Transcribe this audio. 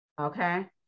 Okay